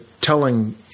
telling